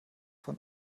von